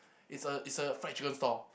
is a is a fried chicken stall